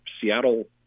Seattle